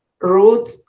root